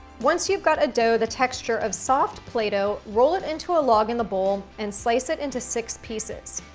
once you've got a dough the texture of soft play-doh, roll it into a log in the bowl and slice it into six pieces.